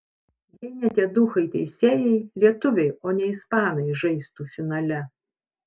jei ne tie duchai teisėjai lietuviai o ne ispanai žaistų finale